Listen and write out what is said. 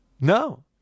No